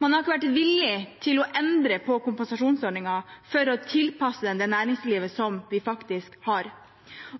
Man har ikke vært villig til å endre på kompensasjonsordningen for å tilpasse den det næringslivet som vi faktisk har.